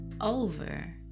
over